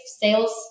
sales